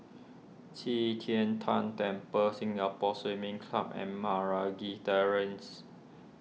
Qi Tian Tan Temple Singapore Swimming Club and Meragi Terrace